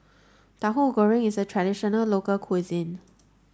Tauhu Goreng is a traditional local cuisine